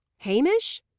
hamish?